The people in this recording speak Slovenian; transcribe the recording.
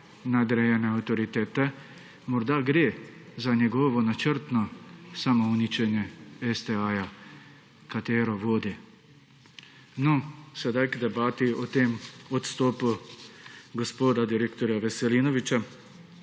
nadrejene avtoritete, morda gre za njegovo načrtno samouničenje STA, katero vodi. No, sedaj k debati o tem odstopu gospoda direktorja Veselinoviča.